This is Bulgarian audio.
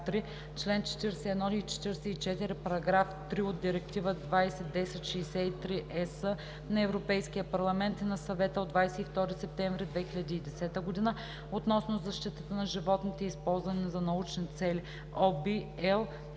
чл. 41 и 44, параграф 3 от Директива 2010/63/ЕС на Европейския парламент и на Съвета от 22 септември 2010 г. относно защитата на животните, използвани за научни цели (ОВ,